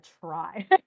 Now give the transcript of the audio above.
try